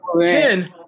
Ten